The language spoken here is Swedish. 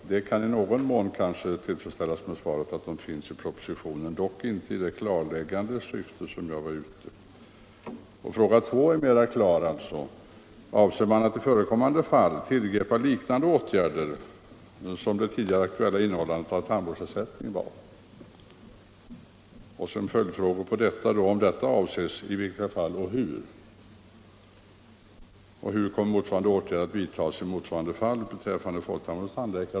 Svaret att de finns angivna i propositionen kan i någon mån betraktas som tillfredsställande, dock inte i det klarläggande syfte som jag avsåg med frågan. Den andra frågan är mera klar: Avser man att i förekommande fall tillgripa liknande åtgärder som det tidigare aktuella innehållandet av tandvårdsersättningen? Och som följdfrågor: Om detta avses, i vilka fall och hur? Vilka åtgärder kommer att vidtas i motsvarande fall beträffande folktandvårdens tandläkare?